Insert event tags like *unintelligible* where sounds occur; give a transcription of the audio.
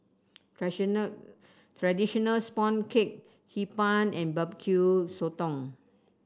*unintelligible* traditional sponge cake Hee Pan and Barbecue Sotong